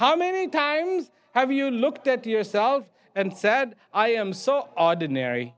how many times have you looked at yourself and said i am so ordinary